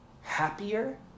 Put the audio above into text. happier